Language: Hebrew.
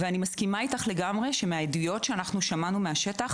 אני מסכימה איתך לגמרי שמהעדויות ששמענו מהשטח